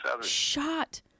shot